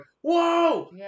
whoa